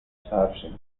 sargent